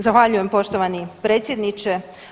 Zahvaljujem poštovani predsjedniče.